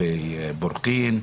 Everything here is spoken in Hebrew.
בורקין,